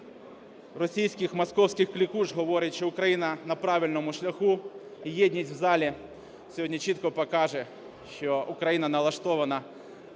російських, московських кликуш говорить, що Україна на правильному шляху. І єдність в залі сьогодні чітко покаже, що Україна налаштована